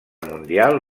mundial